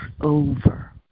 over